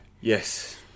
Yes